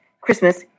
Christmas